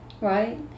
Right